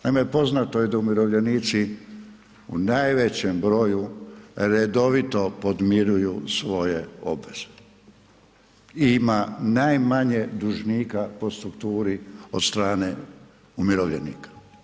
Naime, poznato je da umirovljenici u najvećem broju redovito podmiruju svoje obveze i ima najmanje dužnika po strukturi od strane umirovljenika.